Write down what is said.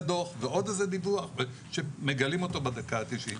דוח ועוד איזה דיווח שמגלים אותו בדקה ה-90.